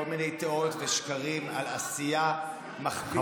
מיני תאוריות ושקרים על עשייה מחפירה,